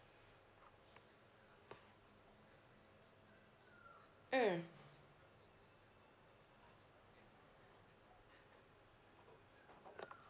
mm